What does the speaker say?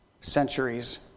centuries